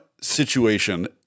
situation